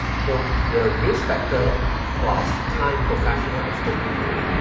so the risk factor plus time, professional expertise and